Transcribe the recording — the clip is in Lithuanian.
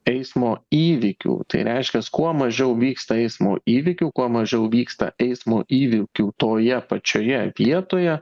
eismo įvykių tai reiškias kuo mažiau vyksta eismo įvykių kuo mažiau vyksta eismo įvykių toje pačioje vietoje